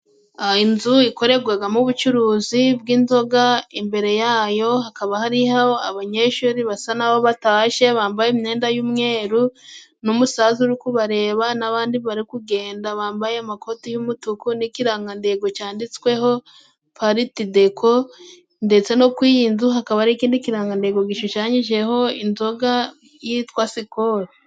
Inzu ikorerwagamo ubucuruzi bw'inzoga， imbere yayo hakaba hariho abanyeshuri basa n’aho batashe，bambaye imyenda y'umweru n'umusaza uri kubareba n'abandi bari kugenda bambaye amakoti y'umutuku n'ikirangandengo，cyanditsweho paritedeko ndetse no kuri iyi nzu hakaba hari ikindi kirangantego gishushanyijeho inzoga yitwa sikoro.